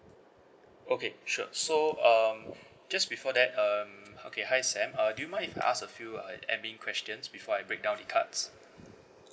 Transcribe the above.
okay sure so um just before that um okay hi sam uh do you mind if I ask a few uh admin questions before I break down the cards